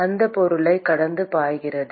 அந்தப் பொருளைக் கடந்து பாய்கிறது